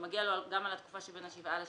ומגיע לו גם על התקופה שבין השבעה ל-30.